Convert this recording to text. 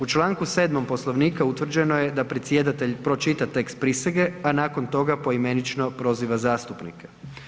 U članku 7. Poslovnika utvrđeno je da predsjedatelj pročita tekst prisege, a nakon toga poimenično proziva zastupnike.